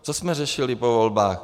Co jsme řešili po volbách?